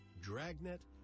Dragnet